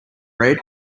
red